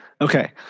Okay